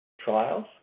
trials